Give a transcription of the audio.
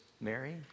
Mary